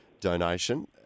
donation